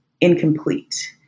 incomplete